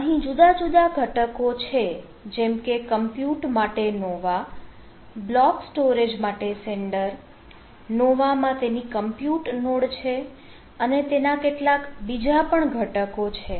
અહીં જુદા જુદા ઘટકો છે જેમકે કમ્પ્યુટ માટે નોવા બ્લોક સ્ટોરેજ માટે સીન્ડર નોવા માં તેની કમ્પ્યુટ નોડ છે અને તેના કેટલાક બીજા પણ ઘટકો છે